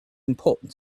important